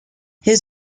his